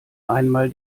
einmal